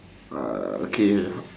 uh okay